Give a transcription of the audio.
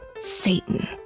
Satan